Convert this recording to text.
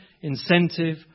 incentive